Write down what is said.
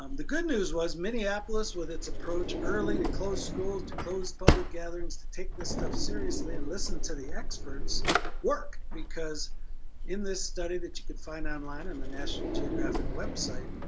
um the good news was minneapolis, with its approach early to close schools, to close public gatherings, to take this stuff seriously and listen to the experts worked because in this study, that you could find online in the national geographic website,